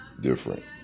different